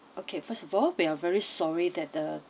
okay first of all we are very sorry that the